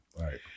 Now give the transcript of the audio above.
right